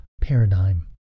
paradigm